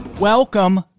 welcome